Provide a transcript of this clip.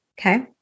Okay